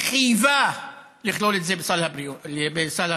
חייבה לכלול את זה בסל התרופות.